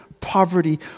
poverty